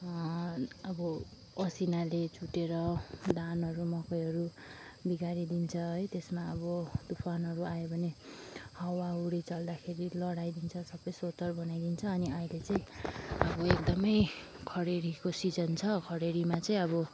अब असिनाले चुटेर धानहरू मकैहरू बिगारिदिन्छ है त्यसमा अब तुफानहरू आयो भने हावाहुरी चल्दाखेरि लडाइदिन्छ सबै सोत्तर बनाइदिन्छ अनि अहिले चाहिँ अब एकदमै खडेरीको सिजन छ खडेरीमा चाहिँ अब